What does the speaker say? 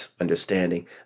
understanding